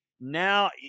now